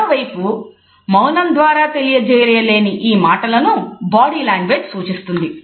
మరోవైపు మౌనంద్వారా తెలియజేయలేని ఈ మాటలను బాడీ లాంగ్వేజ్ సూచిస్తుంది